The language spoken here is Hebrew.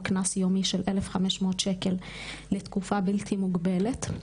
או קנס יומי של 1,500 שקלים לתקופה בלתי מוגבלת.